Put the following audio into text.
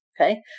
Okay